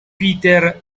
peter